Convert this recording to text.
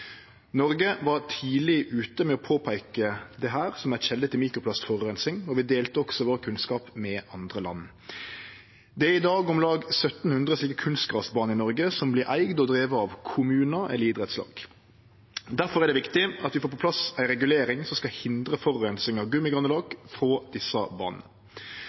Noreg var tidleg ute med å påpeike dette som ei kjelde til mikroplastforureining, og vi delte også kunnskapen vår med andre land. Det er i dag om lag 1 700 slike kunstgrasbaner i Noreg som vert eigde og drivne av kommunar eller idrettslag. Difor er det viktig at vi får på plass ei regulering som skal hindre forureining av gummigranulat frå desse